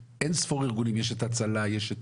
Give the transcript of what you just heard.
יש אין ספור ארגונים, יש את הצלה וכו',